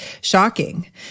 shocking